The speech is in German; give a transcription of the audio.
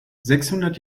sechshundert